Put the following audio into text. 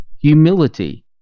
humility